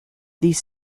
these